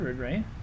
right